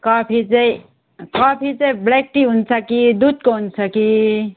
coffee चाहिँ coffee चाहिँ black tea हुन्छ कि दुधको हुन्छ कि